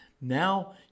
Now